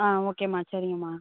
ஆ ஓகேம்மா சரிங்கம்மா